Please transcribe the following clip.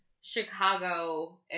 Chicago